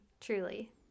truly